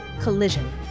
Collision